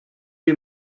les